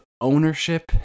ownership